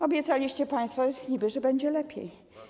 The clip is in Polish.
Obiecaliście państwo niby, że będzie lepiej.